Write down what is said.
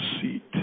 seat